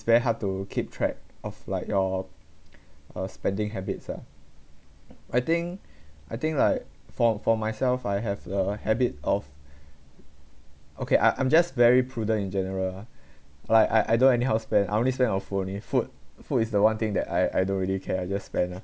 very hard to keep track of like your uh spending habits ah I think I think like for for myself I have a habit of okay I I'm just very prudent in general ah like I I don't anyhow spend I only spend on food only food food is the one thing that I I don't really care I just spend ah